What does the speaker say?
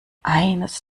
eines